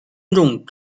尊重